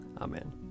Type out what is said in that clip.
Amen